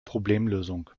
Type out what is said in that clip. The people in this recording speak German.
problemlösung